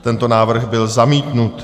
Tento návrh byl zamítnut.